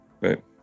Right